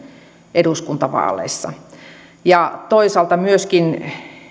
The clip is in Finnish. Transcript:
eduskuntavaaleissa toisaalta on myöskin